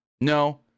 no